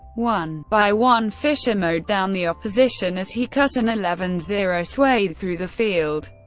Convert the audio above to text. one by one fischer mowed down the opposition as he cut an eleven zero swathe through the field,